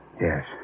Yes